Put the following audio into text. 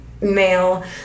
male